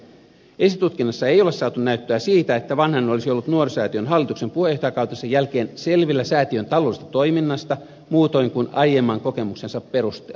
esitutkinnassa ei ole saatu näyttöä siitä että vanhanen olisi ollut nuorisosäätiön hallituksen puheenjohtajakautensa jälkeen selvillä säätiön taloudellisesta toiminnasta muutoin kuin aiemman kokemuksensa perusteella